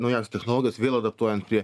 naujas technologas vėl adaptuojant prie